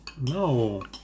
No